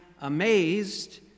amazed